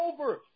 over